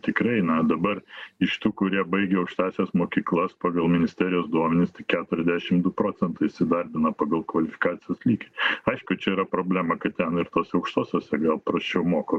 tikrai na dabar iš tų kurie baigė aukštąsias mokyklas pagal ministerijos duomenis tik keturedešim du procentai įsidarbina pagal kvalifikacijos lygį aišku čia yra problema kad ten ir tose aukštosiose gal prasčiau moko